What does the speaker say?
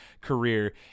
career